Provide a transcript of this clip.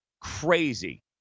crazy